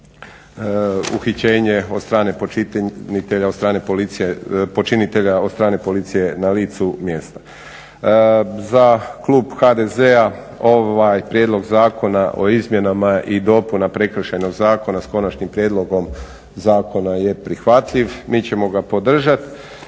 počinitelja, od strane policije na licu mjesta. Za Klub HDZ-a ovaj prijedlog zakona o izmjenama i dopunama Prekršajnog zakona s konačnim prijedlogom zakona je prihvatljiv. Mi ćemo ga podržati